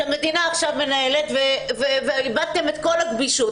שהמדינה עכשיו מנהלת ואיבדתם את כל הגמישות.